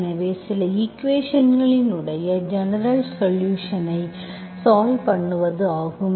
எனவே சில ஈக்குவேஷன்களின் ஜெனரல்சொலுஷன்ஸ்ஐ சால்வ் பண்ணுவது ஆகும்